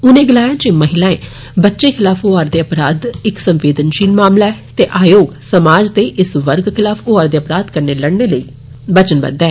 उनें गलाया जे महिलाएं बच्चें खिलाफ होआ करदा अपराध इक संवेदनषील मामला ऐ ते आयोग समाज दे इस वर्ग खिलाफ होआ करदे अपराध कन्नै लड़नें लेंई बचनबद्व ऐ